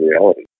reality